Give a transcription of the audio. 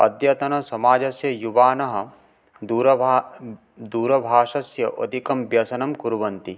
अद्यतनसमाजस्य युवानः दूरभा दूरभाषस्य अधिकं व्यसनं कुर्वन्ति